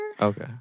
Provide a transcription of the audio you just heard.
Okay